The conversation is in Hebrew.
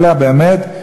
אלא באמת,